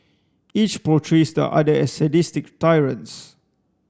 each portrays the other as sadistic tyrants